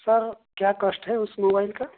سر کیا کاسٹ ہے اس موبائل کا